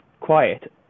quiet